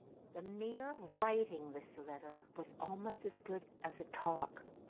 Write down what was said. the mere writing this letter was almost as good as a talk,